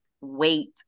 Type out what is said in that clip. wait